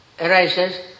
arises